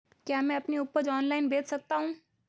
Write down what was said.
क्या मैं अपनी उपज ऑनलाइन बेच सकता हूँ?